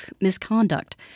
misconduct